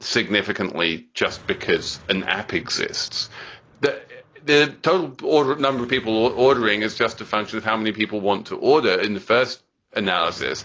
significantly just because an app exists that the total order number of people ordering is just a function of how many people want to order in the first analysis.